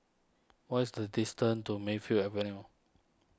what is the distance to Mayfield Avenue